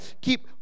keep